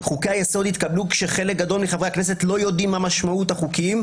חוקי היסוד התקבלו כשחלק גדול מחברי הכנסת לא יודעים מה משמעות החוקים,